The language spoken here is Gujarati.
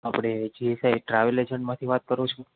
આપળે જે સાઇ ટ્રાવેલ એજનમાંથી વાત કરો છો